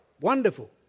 Wonderful